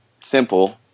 simple